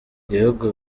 ibihugu